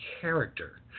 character